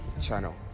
channel